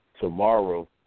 tomorrow